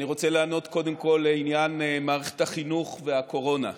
אני רוצה לענות קודם כול לעניין מערכת החינוך והקורונה.